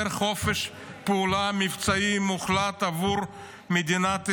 חופש פעולה מבצעי מוחלט עבור מדינת ישראל,